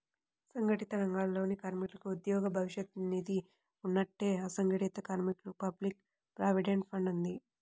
సంఘటిత రంగాలలోని కార్మికులకు ఉద్యోగ భవిష్య నిధి ఉన్నట్టే, అసంఘటిత కార్మికులకు పబ్లిక్ ప్రావిడెంట్ ఫండ్ ఉంది